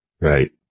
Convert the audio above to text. right